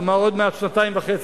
כלומר עוד מעט שנתיים וחצי,